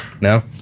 no